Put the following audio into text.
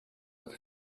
het